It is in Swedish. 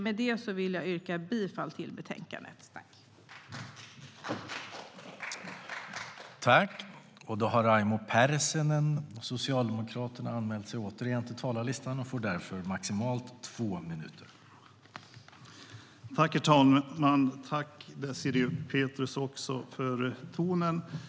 Med detta vill jag yrka bifall till utskottets förslag i betänkandet.